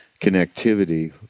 connectivity